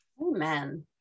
Amen